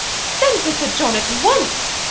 send for sir john at once!